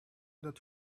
that